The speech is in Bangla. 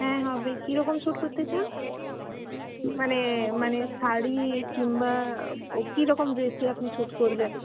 হ্যাঁ হবে কীরকম শুট করতে চান মানে মানে শাড়ি কিংবা কীরকম ড্রেসে আপনি শুট করবেন